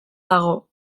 dago